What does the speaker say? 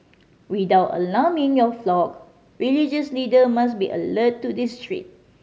without alarming your flock religious leader must be alert to this threat